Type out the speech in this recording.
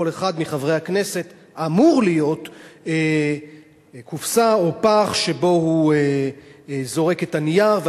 לכל אחד מחברי הכנסת אמורים להיות קופסה או פח שבהם הוא זורק את הנייר,